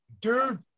Dude